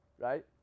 right